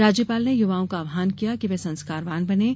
राज्यपाल ने युवाओं का आहवान किया कि वे संस्कारवान बनें